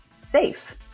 safe